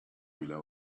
below